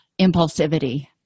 impulsivity